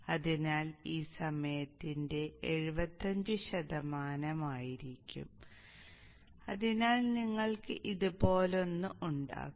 അതിനാൽ ഇത് സമയത്തിന്റെ 75 ശതമാനമായിരിക്കും അതിനാൽ നിങ്ങൾക്ക് ഇതുപോലൊന്ന് ഉണ്ടാകും